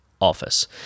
Office